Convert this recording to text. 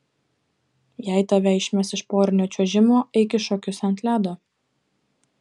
jei tave išmes iš porinio čiuožimo eik į šokius ant ledo